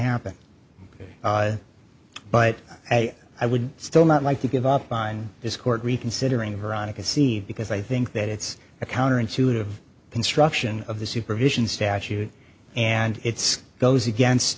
happen but i would still not like to give up on this court reconsidering veronica c because i think that it's a counterintuitive construction of the supervision statute and it's goes against